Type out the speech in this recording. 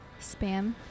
Spam